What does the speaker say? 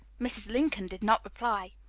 mrs. lincoln did not reply.